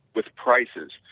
with prices,